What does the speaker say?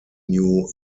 new